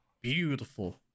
beautiful